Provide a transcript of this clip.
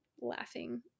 laughing